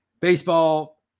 baseball